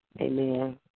Amen